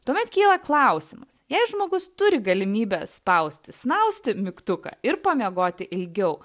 tuomet kyla klausimas jei žmogus turi galimybę spausti snausti mygtuką ir pamiegoti ilgiau